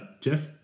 Jeff